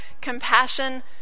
compassion